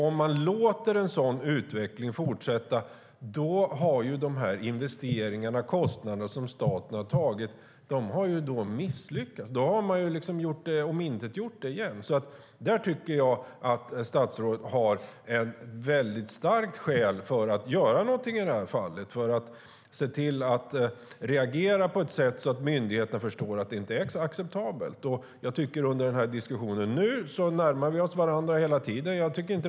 Om man låter en sådan utveckling fortsätta har ju de investeringar och kostnader som staten har tagit misslyckats. Då har man omintetgjort det hela. Jag tycker att statsrådet har ett starkt skäl att göra någonting i detta fall, att reagera på ett sådant sätt att myndigheten förstår att det inte är acceptabelt. Jag tycker att vi närmar oss varandra hela tiden under diskussionen nu.